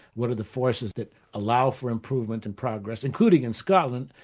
what are the forces that allow for improvement and progress, including in scotland,